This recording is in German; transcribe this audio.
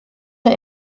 der